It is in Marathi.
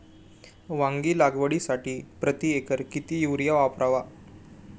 वांगी लागवडीसाठी प्रति एकर किती युरिया वापरावा?